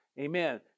Amen